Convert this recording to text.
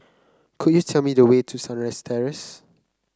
could you tell me the way to Sunrise Terrace